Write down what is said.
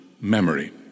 memory